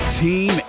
team